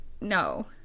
no